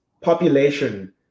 population